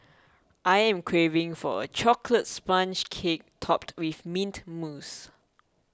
I am craving for a Chocolate Sponge Cake Topped with Mint Mousse